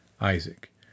Isaac